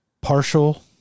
partial